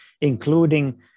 including